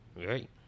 Right